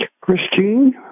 Christine